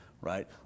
right